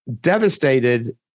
devastated